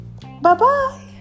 Bye-bye